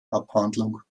abhandlung